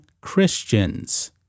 Christians